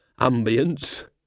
ambience